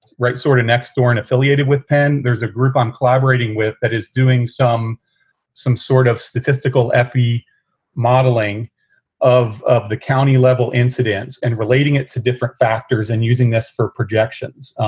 right. sort of next door and affiliated with penn. there's a group i'm collaborating with that is doing some some sort of statistical epi modeling of of the county level incidence and relating it to different factors and using this for projections.